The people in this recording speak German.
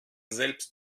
selbst